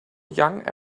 young